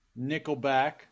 Nickelback